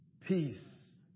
Peace